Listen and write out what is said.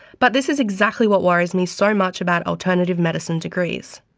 but this is exactly what worries me so much about alternative medicine degrees.